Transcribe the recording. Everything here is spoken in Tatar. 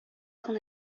гына